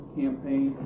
campaign